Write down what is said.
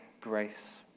grace